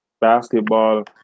basketball